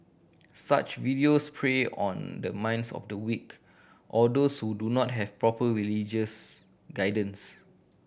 such videos prey on the minds of the weak or those who do not have proper religious guidance